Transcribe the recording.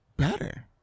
better